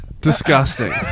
Disgusting